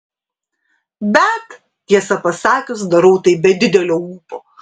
bet tiesą pasakius darau tai be didelio ūpo